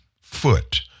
foot